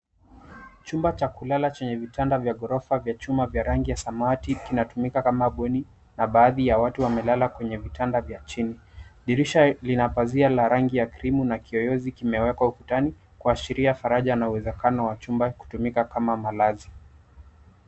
Chumba cha kulala chenye vitandaa vya ghorofa vya chuma vya rangi ya samawati kinatumika kama bweni na baadhi ya watu wamelala kwenye vitanda vya chini. Dirisha lina pazi la rangi ya krimu na kiyoyezi kimewekwa ukutani kuashira faraja na uwezekano wa chumba kutumika kama malazi.